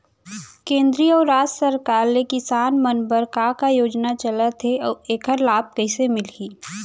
केंद्र अऊ राज्य सरकार ले किसान मन बर का का योजना चलत हे अऊ एखर लाभ कइसे मिलही?